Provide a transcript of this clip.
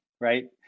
right